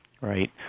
right